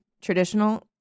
traditional